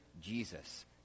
Jesus